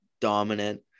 Dominant